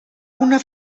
una